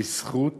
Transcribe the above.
'בזכות